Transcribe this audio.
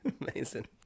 Amazing